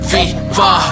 Viva